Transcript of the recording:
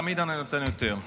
תמיד אני נותן יותר.